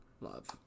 Love